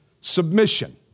submission